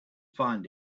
find